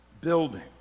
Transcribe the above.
building